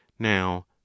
now